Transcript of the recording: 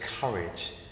courage